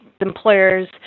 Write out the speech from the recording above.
Employers